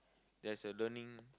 there's a learning